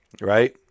Right